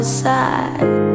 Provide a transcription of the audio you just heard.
side